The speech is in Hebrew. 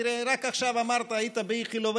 תראה, רק עכשיו אמרת שהיית באיכילוב.